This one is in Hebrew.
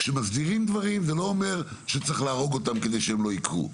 כשמסדירים דברים זה לא אומר שצריך להרוג אותם כדי שהם לא יקרו,